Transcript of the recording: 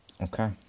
Okay